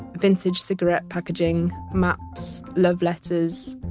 vintage cigarette packaging, maps, love letters,